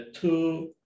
two